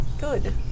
good